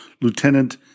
Lieutenant